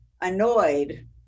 annoyed